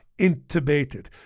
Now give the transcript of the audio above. Intubated